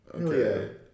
Okay